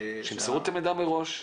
--- שימסרו את המידע מראש.